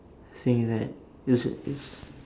saying that is just is